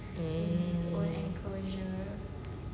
mm